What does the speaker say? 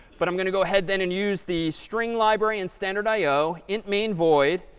but i'm going to go ahead then and use the string library and standard i o, int main void.